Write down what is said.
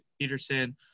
Peterson